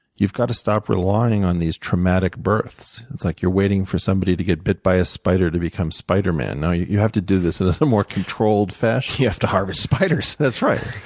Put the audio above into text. you've got to stop relying on these traumatic births. it's like you're waiting for somebody to get bit by a spider to become spiderman. no, you you have to do this in a more controlled fashion. you have to harvest spiders. that's right.